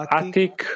attic